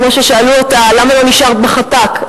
כמו ששאלו אותה למה לא נשארת בחפ"ק,